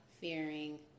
fearing